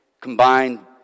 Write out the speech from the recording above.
combined